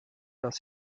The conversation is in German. das